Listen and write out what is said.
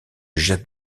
jette